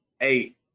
eight